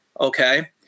Okay